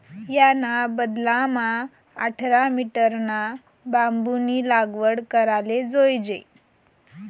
याना बदलामा आठरा मीटरना बांबूनी लागवड कराले जोयजे